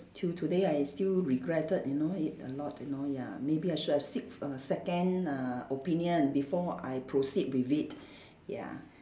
till today I still regretted you know it a lot you know ya maybe I should have seek a second uh opinion before I proceed with it ya